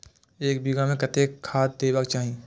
एक बिघा में कतेक खाघ देबाक चाही?